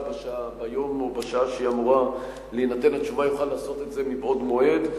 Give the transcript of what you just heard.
ביום או בשעה שאמורה להינתן התשובה יוכל לעשות זאת מבעוד מועד.